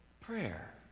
prayer